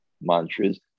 Mantras